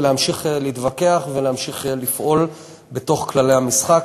ולהמשיך להתווכח ולהמשיך לפעול בתוך כללי המשחק.